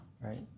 right